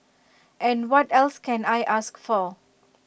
and what else can I ask for